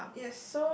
ya